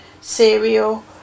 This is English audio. cereal